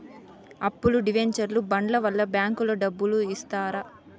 అప్పులు డివెంచర్లు బాండ్ల వల్ల బ్యాంకులో డబ్బులు ఇత్తారు